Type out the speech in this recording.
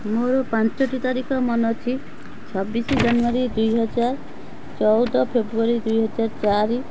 ମୋର ପାଞ୍ଚଟି ତାରିଖ ମନେ ଅଛି ଛବିଶ ଜାନୁୟାରୀ ଦୁଇ ହଜାର ଚଉଦ ଫେବୃଆରୀ ଦୁଇ ହଜାର ଚାରି